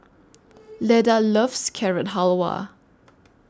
Leda loves Carrot Halwa